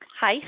Hi